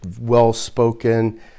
well-spoken